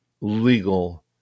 legal